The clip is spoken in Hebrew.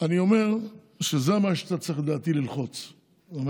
אני אומר שזה מה שאתה צריך לדעתי ללחוץ לגביו.